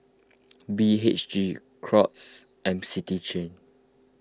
B H G Crocs and City Chain